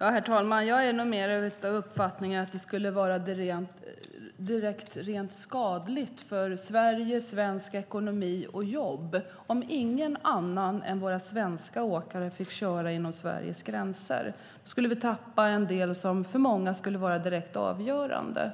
Herr talman! Jag är nog mer av den uppfattningen att det skulle vara rent skadligt för Sverige, svensk ekonomi och svenska jobb om ingen annan än våra svenska åkare fick köra inom Sveriges gränser. Då skulle vi tappa något som för många skulle vara direkt avgörande.